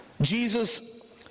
Jesus